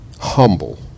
humble